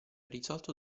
risolto